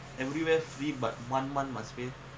and we were free but one one must be